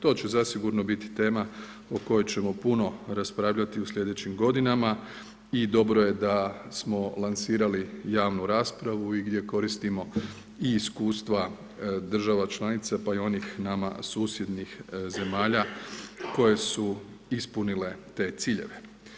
To će zasigurno biti tema o kojoj ćemo puno raspravljati u sljedećim godinama i dobro je da smo lansirali javnu raspravu i gdje koristimo i iskustva država članica, pa i onih nama susjednih zemalja koje su ispunile te ciljeve.